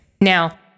Now